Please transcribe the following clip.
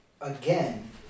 again